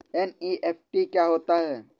NEFT क्या होता है?